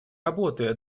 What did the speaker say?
работы